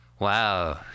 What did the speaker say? Wow